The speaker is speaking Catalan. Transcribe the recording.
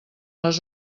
les